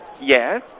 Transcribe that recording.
Yes